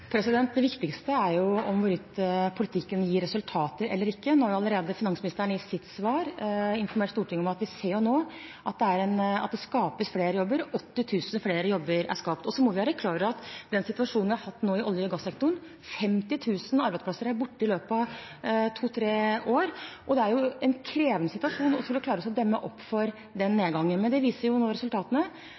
Det viktigste er jo hvorvidt politikken gir resultater eller ikke. Finansministeren har i sitt svar allerede informert Stortinget om at vi nå ser at det skapes flere jobber, 80 000 flere jobber er skapt. Vi må være klar over den situasjonen vi nå har hatt i olje- og gassektoren – 50 000 arbeidsplasser er borte i løpet av to–tre år. Det er en krevende situasjon å skulle klare å demme opp for den nedgangen, men nå viser